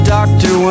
Doctor